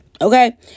Okay